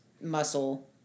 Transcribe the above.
muscle